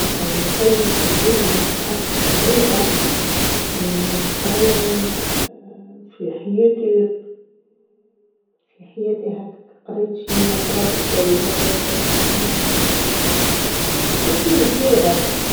هاكا نتخيل في بالي هاكا حسب التقريبه اااااا نقرأ في حياتي في حياتي هاكا قريت شئ قرابه اااااااا ستين كتاب هاكا.